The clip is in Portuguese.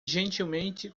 gentilmente